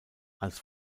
als